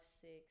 six